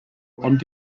ond